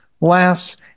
laughs